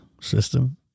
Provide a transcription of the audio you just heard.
system